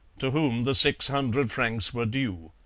to whom the six hundred francs were due.